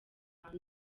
bantu